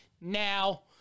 Now